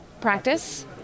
practice